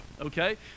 okay